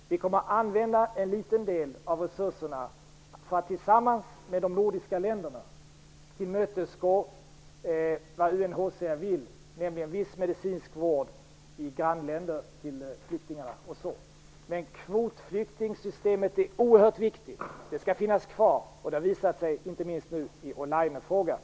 Vi kommer att använda en liten del av resurserna för att tillsammans med de nordiska länderna tillmötesgå vad UNHCR vill ha, nämligen viss medicinsk vård till flyktingarna i deras grannländer och sådant. Kvotflyktingsystemet är oerhört viktigt. Det skall finnas kvar. Att det är viktigt har visat sig inte minst nu i Olaine-frågan.